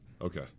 Okay